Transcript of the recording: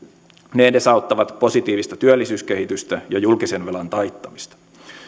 ne edesauttavat positiivista työllisyyskehitystä ja julkisen velan taittamista